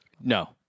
No